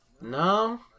no